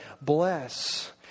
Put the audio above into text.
bless